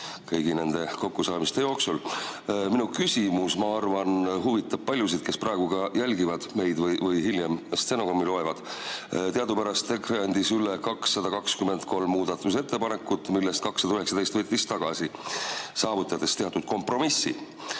kõigi nende kokkusaamiste jooksul! Minu küsimus, ma arvan, huvitab paljusid, kes praegu jälgivad meid või hiljem stenogrammi loevad. Teadupärast EKRE andis üle 223 muudatusettepanekut, millest 219 võttis tagasi, saavutades teatud kompromissi.